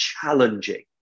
challenging